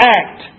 act